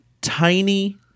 tiny